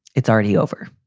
it's already over